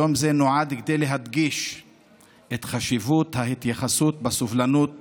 יום זה נועד להדגיש את חשיבות ההתייחסות בסובלנות